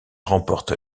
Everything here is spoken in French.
remporte